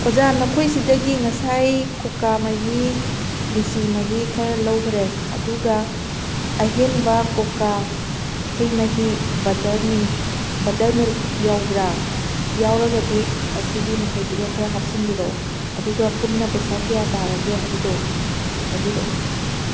ꯑꯣꯖꯥ ꯅꯈꯣꯏꯁꯤꯗꯒꯤ ꯉꯁꯥꯏ ꯀꯣꯀꯥ ꯃꯍꯤ ꯂꯤꯆꯤ ꯃꯍꯤ ꯈꯔ ꯂꯧꯈ꯭ꯔꯦ ꯑꯗꯨꯒ ꯑꯍꯦꯟꯕ ꯀꯣꯀꯥ ꯍꯩ ꯃꯍꯤ ꯕꯠꯇꯔ ꯕꯠꯇꯔ ꯃꯤꯜꯛ ꯌꯥꯎꯕ꯭ꯔꯥ ꯌꯥꯎꯔꯒꯗꯤ ꯑꯁꯤꯒꯤ ꯃꯈꯩꯁꯤꯒ ꯈꯔ ꯍꯥꯞꯆꯟꯕꯤꯔꯛꯑꯣ ꯑꯗꯨꯒ ꯄꯨꯟꯅ ꯄꯩꯁꯥ ꯀꯌꯥ ꯇꯥꯔꯒꯦ ꯍꯥꯏꯕꯗꯨ ꯍꯥꯏꯕꯤꯔꯛꯑꯣ